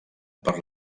per